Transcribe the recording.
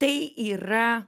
tai yra